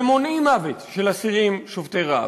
ומונעים מוות של אסירים שובתי רעב.